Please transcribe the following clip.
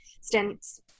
stints